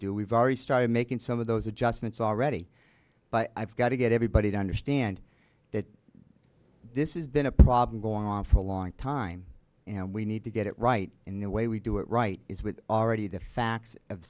do we've already started making some of those adjustments already but i've got to get everybody to understand that this is been a problem go on for a long time and we need to get it right in the way we do it right is with already the facts of